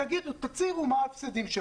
תצהירו מה ההפסדים,